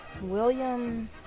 William